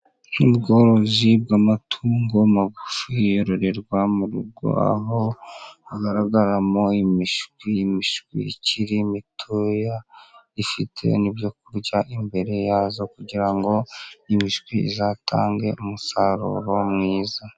Ni ubworozi bw'amatungo magufi yororerwa mu rugo aho hagaragaramo imishwi, imishwi ikiri mitoya ifite n'ibyo kurya imbere yayo kugira ngo imishwi izatange umusaruro mwiza.